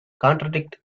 contradict